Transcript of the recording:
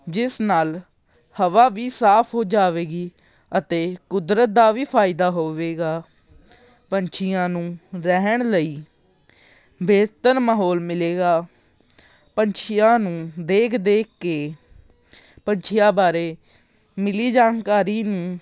ਜਿਸ ਨਾਲ ਹਵਾ ਵੀ ਸਾਫ਼ ਹੋ ਜਾਵੇਗੀ ਅਤੇ ਕੁਦਰਤ ਦਾ ਵੀ ਫਾਇਦਾ ਹੋਵੇਗਾ ਪੰਛੀਆਂ ਨੂੰ ਰਹਿਣ ਲਈ ਬਿਹਤਰ ਮਾਹੌਲ ਮਿਲੇਗਾ ਪੰਛੀਆਂ ਨੂੰ ਦੇਖ ਦੇਖ ਕੇ ਪੰਛੀਆਂ ਬਾਰੇ ਮਿਲੀ ਜਾਣਕਾਰੀ ਨੂੰ